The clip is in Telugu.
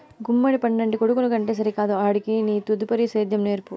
గుమ్మడి పండంటి కొడుకుని కంటే సరికాదు ఆడికి నీ తదుపరి సేద్యం నేర్పు